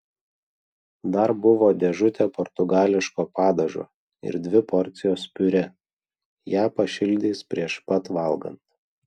dar buvo dėžutė portugališko padažo ir dvi porcijos piurė ją pašildys prieš pat valgant